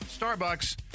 Starbucks